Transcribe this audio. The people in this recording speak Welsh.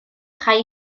rhai